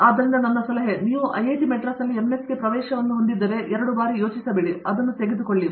ಆದ್ದರಿಂದ ನನ್ನ ಸಲಹೆ ನೀವು ಐಐಟಿ ಮದ್ರಾಸ್ನಲ್ಲಿ ಎಂಎಸ್ ಪ್ರವೇಶವನ್ನು ಹೊಂದಿದ್ದರೆ ಎರಡು ಬಾರಿ ಯೋಚಿಸಬೇಡಿ ತೆಗೆದುಕೊಳ್ಳಿ